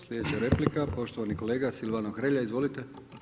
Slijedeća replika, poštovani kolega Silvano Hrelja, izvolite.